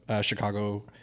Chicago